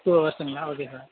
two ஹவர்ஸ்ஸுங்களா okay sir